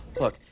Look